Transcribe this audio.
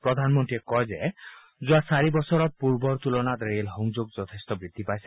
প্ৰধানমন্ত্ৰীয়ে কয় যে যোৱা চাৰি বছৰত পূৰ্বৰ তূলনাত ৰেল সংযোগ যথেষ্ট বৃদ্ধি পাইছে